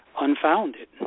unfounded